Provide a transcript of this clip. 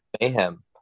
Mayhem